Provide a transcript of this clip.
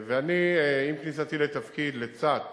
ואני, עם כניסתי לתפקיד, לצד